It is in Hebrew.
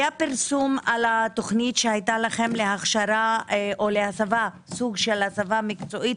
היה פרסום על התכנית שהייתה לכם לסוג של הסבה מקצועית